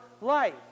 life